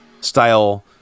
style